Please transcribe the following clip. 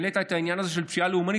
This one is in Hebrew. העלית את העניין הזה של פשיעה לאומנית,